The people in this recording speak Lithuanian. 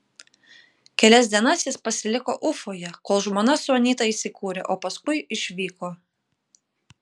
kelias dienas jis pasiliko ufoje kol žmona su anyta įsikūrė o paskui išvyko